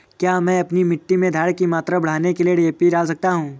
क्या मैं अपनी मिट्टी में धारण की मात्रा बढ़ाने के लिए डी.ए.पी डाल सकता हूँ?